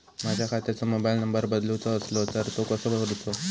माझ्या खात्याचो mobile number बदलुचो असलो तर तो कसो करूचो?